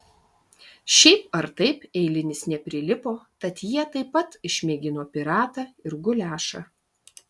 šiaip ar taip eilinis neprilipo tad jie taip pat išmėgino piratą ir guliašą